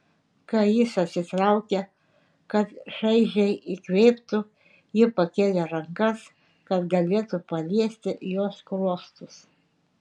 kai jis atsitraukė kad šaižiai įkvėptų ji pakėlė rankas kad galėtų paliesti jo skruostus